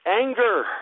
anger